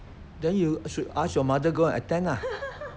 then you should ask your mother go and attend ah